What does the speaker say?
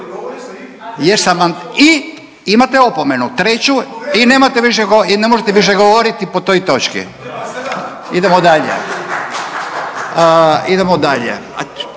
i imate opomenu treću i nemate više go…, i ne možete više govoriti po toj točki. Idemo dalje, idemo dalje,